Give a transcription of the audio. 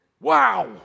Wow